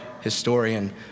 historian